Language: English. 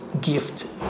gift